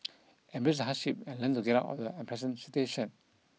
embrace the hardship and learn to get out of the unpleasant station